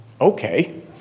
Okay